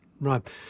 Right